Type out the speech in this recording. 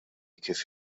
kif